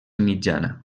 mitjana